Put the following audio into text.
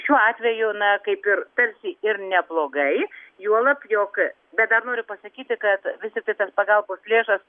šiuo atveju na kaip ir tarsi ir neblogai juolab jog bet dar noriu pasakyti kad vis apie tas pagalbos lėšas